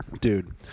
Dude